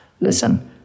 Listen